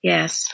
Yes